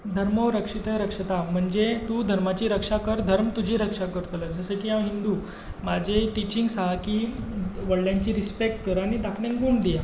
धर्मो रक्षिता रक्षता म्हणजे तूं धर्माची रक्षा कर धर्म तुजी रक्षा करतलो जसो की हांव हिंदू म्हजी टिचिंग्स आसा की व्हडल्यांची रिसपॅक्ट कर आनी धाकट्यांक गूण दिया